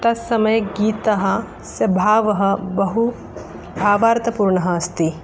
तत् समये गीतः अस्य भावः बहु भावार्थपूर्णः अस्ति